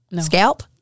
scalp